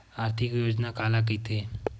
आर्थिक योजना काला कइथे?